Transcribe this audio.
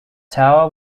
tower